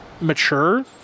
mature